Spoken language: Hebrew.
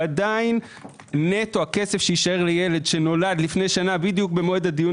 ועדיין נטו הכסף שיישאר לילד שנולד לפני שנה בדיוק במועד הדיון